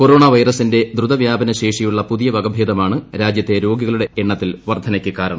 corona വൈറസിന്റെ ദ്രുത വ്യാപനശേഷിയുള്ള പുതിയ വകഭേദമാണ് രാജ്യത്തെ രോഗികളുടെ എണ്ണത്തിൽ വർദ്ധനയ്ക്ക് കാരണം